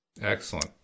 Excellent